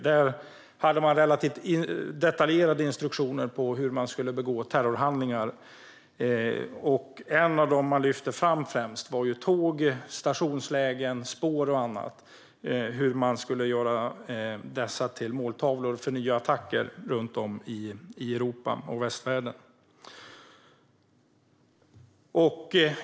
Där hade man relativt detaljerade instruktioner för hur man skulle begå terrorhandlingar, och det man främst lyfte fram var hur man skulle göra tåg, stationslägen, spår och annat till måltavlor för nya attacker runt om i Europa och västvärlden.